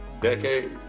decade